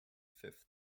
fifth